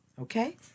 okay